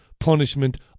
Punishment